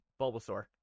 Bulbasaur